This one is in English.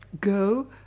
go